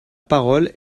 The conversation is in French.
parole